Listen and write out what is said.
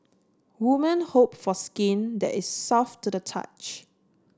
women hope for skin that is soft to the touch